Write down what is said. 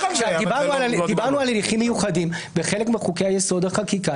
דיברנו על הליכים מיוחדים בחלק מחוקי יסוד החקיקה.